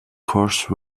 course